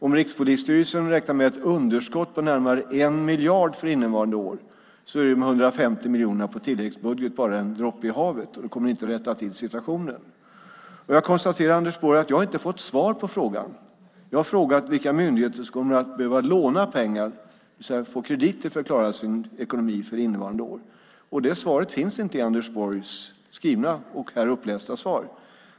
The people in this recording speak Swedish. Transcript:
Om Rikspolisstyrelsen räknar med ett underskott på närmare 1 miljard för innevarande år är de 150 miljonerna i tilläggsbudgeten bara en droppe i havet och kommer inte att rätta till situationen. Jag konstaterar, Anders Borg, att jag inte fått svar på frågan. Jag har frågat vilka myndigheter som kommer att behöva låna pengar, det vill säga få krediter för att klara sin ekonomi för innevarande år. Det svaret finns inte i Anders Borgs skrivna och här upplästa svar.